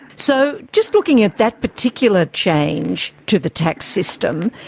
so just looking at that particular change to the tax system,